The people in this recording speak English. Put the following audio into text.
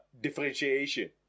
differentiation